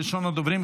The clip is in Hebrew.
ראשון הדוברים,